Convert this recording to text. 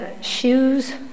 shoes